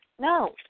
No